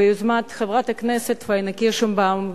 ביוזמת חברת הכנסת פאינה קירשנבאום.